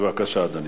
בבקשה, אדוני.